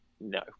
no